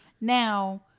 Now